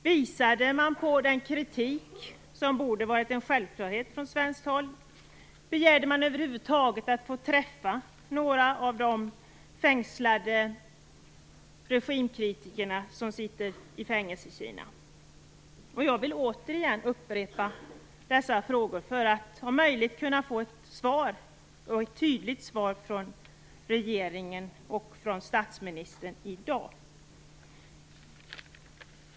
Visade man på den kritik som borde ha varit en självklarhet från svenskt håll? Begärde man över huvud taget att få träffa några av de regimkritiker som sitter i fängelse i Kina? Jag vill återigen upprepa dessa frågor för att om möjligt få ett svar, ett tydligt svar, från regeringen och från statsministern i dag.